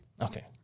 Okay